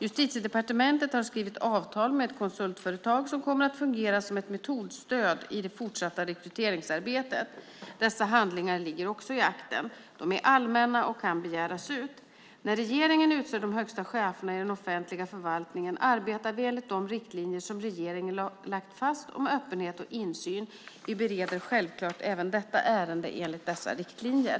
Justitiedepartementet har skrivit avtal med ett konsultföretag som kommer att fungera som ett metodstöd i det fortsatta rekryteringsarbetet. Dessa handlingar ligger också i akten. De är allmänna och kan begäras ut. När regeringen utser de högsta cheferna i den offentliga förvaltningen arbetar vi enligt de riktlinjer som regeringen lagt fast om öppenhet och insyn. Vi bereder självklart även detta ärende enligt dessa riktlinjer.